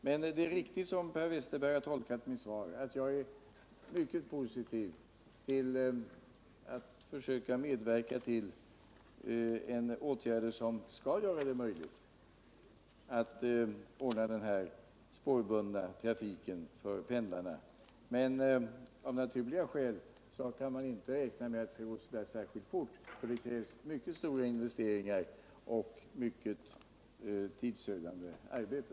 Det är riktigt som Per Westerberg har tolkat mitt svar att jag är mycket positiv till att försöka medverka till åtgärder som skall göra det möjligt att ordna denna spårbundna trafik för pendlarna, men av naturliga skäl kan man inte räkna med att det skall gå särskilt fort, för det krävs mycket stora investeringar och mycket tidsödande arbete.